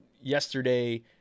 yesterday